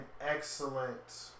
excellent